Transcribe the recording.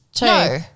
No